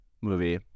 movie